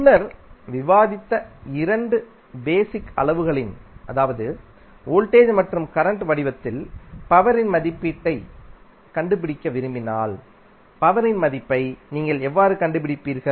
முன்னர் விவாதித்த இரண்டு பேசிக் அளவுகளின் அதாவது வோல்டேஜ் மற்றும் கரண்ட் வடிவத்தில் பவர் p இன் மதிப்பைக் கண்டுபிடிக்க விரும்பினால் பவர் p இன் மதிப்பை நீங்கள் எவ்வாறு கண்டுபிடிப்பீர்கள்